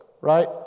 right